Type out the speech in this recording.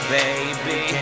baby